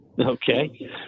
okay